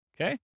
Okay